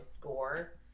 gore